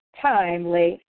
Timely